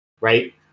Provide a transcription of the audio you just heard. right